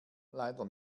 leider